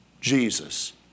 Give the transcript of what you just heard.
Jesus